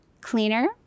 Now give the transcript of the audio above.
cleaner